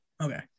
Okay